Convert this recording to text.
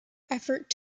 efforts